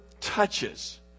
touches